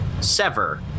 sever